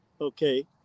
okay